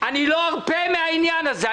לא ארפה מן העניין הזה.